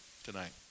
tonight